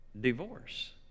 Divorce